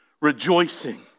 rejoicing